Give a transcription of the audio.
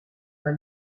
pas